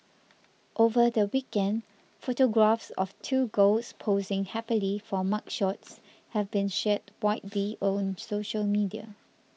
over the weekend photographs of two girls posing happily for mugshots have been shared widely on social media